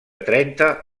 trenta